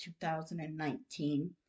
2019